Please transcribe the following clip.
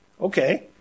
Okay